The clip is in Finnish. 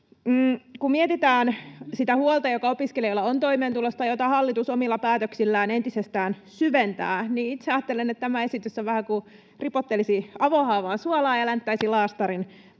Kun mietitään sitä huolta, joka opiskelijoilla on toimeentulosta, jota hallitus omilla päätöksillään entisestään syventää, niin itse ajattelen, että tämä esitys on vähän kuin ripottelisi avohaavaan suolaa ja länttäisi laastarin päälle.